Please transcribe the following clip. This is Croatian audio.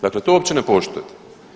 Dakle, to uopće ne poštujete.